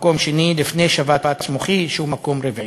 במקום השני, ולפני שבץ מוחי, שהוא במקום הרביעי,